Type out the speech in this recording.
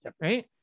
Right